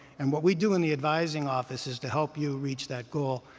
and what we do in the advising office is to help you reach that goal.